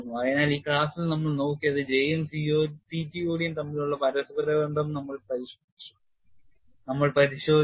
അതിനാൽ ഈ ക്ലാസ്സിൽ നമ്മൾ നോക്കിയത് J യും CTOD യും തമ്മിലുള്ള പരസ്പരബന്ധം നമ്മൾ പരിശോധിച്ചു